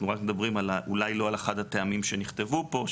אנחנו רק מדברים אולי לא על אחד הטעמים שנכתבו פה,